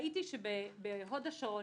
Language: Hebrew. ראיתי שבהוד השרון,